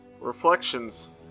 Reflections